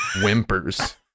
whimpers